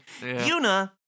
Yuna